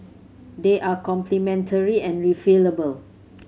they are complementary and refillable